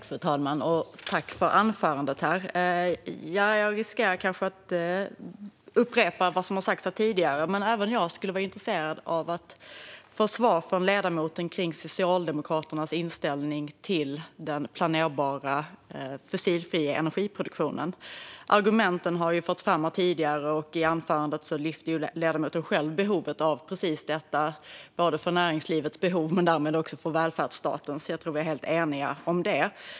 Fru talman! Jag tackar för anförandet. Jag kanske riskerar att upprepa vad som sagts här tidigare, men även jag är intresserad av att få svar från ledamoten om Socialdemokraternas inställning till den planerbara fossilfria energiproduktionen. Argumenten har förts fram här tidigare, och i anförandet lyfte ledamoten själv fram behovet av precis detta från näringslivet och därmed också från välfärdsstaten. Jag tror att vi är helt eniga om det.